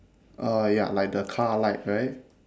uh ya like the car light right